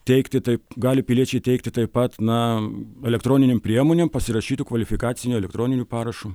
teikti taip gali piliečiai teikti taip pat na elektroninėm priemonėm pasirašytu kvalifikaciniu elektroniniu parašu